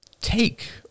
Take